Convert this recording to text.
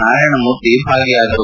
Narayana Murthy ಭಾಗಿಯಾದರು